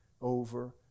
over